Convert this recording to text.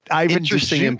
interesting